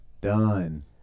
Done